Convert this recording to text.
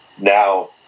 now